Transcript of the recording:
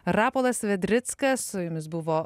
rapolas vedrickas su jumis buvo